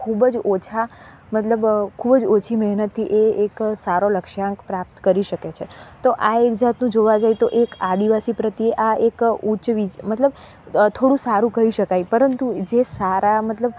ખૂબ જ ઓછા મતલબ ખૂબ જ ઓછી મહેનતથી એ એક સારો લક્ષ્યાંક પ્રાપ્ત કરી શકે છે તો આ એક જાતનું જોવા જઈએ તો એક આદિવાસી પ્રત્યે આ એક ઉચ વિચ મતલબ થોળુ સારું કહી શકાય પરંતુ જે સારા મતલબ